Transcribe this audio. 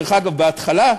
דרך אגב, בהתחלה,